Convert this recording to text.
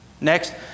Next